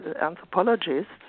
anthropologists